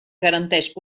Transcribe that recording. garanteix